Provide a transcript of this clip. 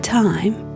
time